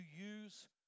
use